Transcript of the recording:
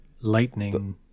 lightning